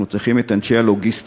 אנחנו צריכים את אנשי הלוגיסטיקה,